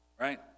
right